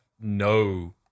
no